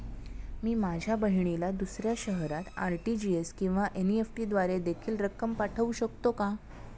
मी माझ्या बहिणीला दुसऱ्या शहरात आर.टी.जी.एस किंवा एन.इ.एफ.टी द्वारे देखील रक्कम पाठवू शकतो का?